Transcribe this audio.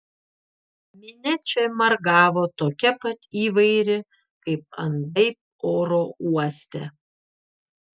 minia čia margavo tokia pat įvairi kaip andai oro uoste